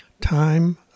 time